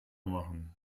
machen